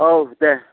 औ दे